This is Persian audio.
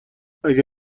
اگه